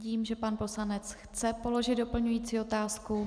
Vidím, že pan poslanec chce položit doplňující otázku.